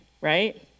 right